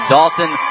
Dalton